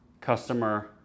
customer